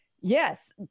yes